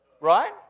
Right